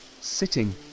Sitting